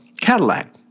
Cadillac